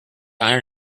iron